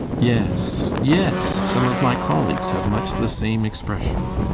yes, yes some of my colleagues have much the same expression.